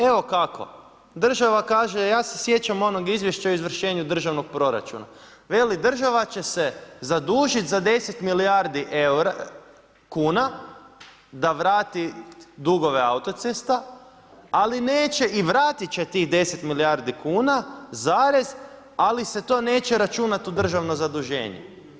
Evo kako, država kaže ja se sjećam onog izvješća o izvršenju državnog proračuna, veli država će se zadužiti za 10 milijardi kuna da vrati dugove Autocesta, i vratit će tih 10 milijardi kuna, ali se to neće računat u državno zaduženje.